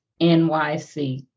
NYC